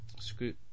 screw